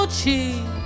cheap